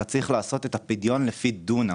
אתה צריך לעשות את הפדיון לפי דונם,